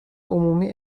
عمومی